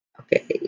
okay